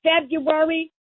February